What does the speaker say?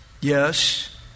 Yes